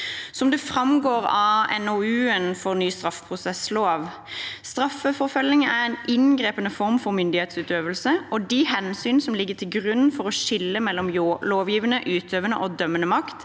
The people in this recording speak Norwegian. Som det framgår av NOU-en for ny straffeprosesslov: «Straffeforfølgning er en inngripende form for myndighetsutøvelse, og de hensyn som ligger til grunn for å skille mellom lovgivende, utøvende og dømmende makt